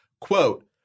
Quote